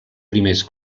primers